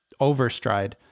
overstride